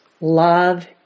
love